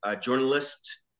journalist